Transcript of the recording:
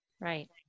Right